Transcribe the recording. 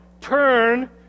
Turn